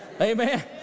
Amen